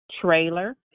trailer